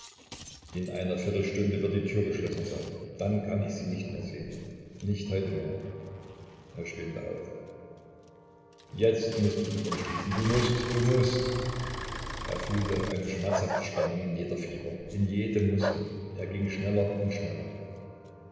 in einer viertelstunde wird die tür geschlossen sein dann kann ich sie nicht mehr sehen nicht heute mehr er stöhnte auf jetzt mußt du dich entschließen du mußt du mußt er fühlte eine schmerzhafte spannung in jeder fiber in jedem muskel er ging schneller und schneller